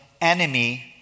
enemy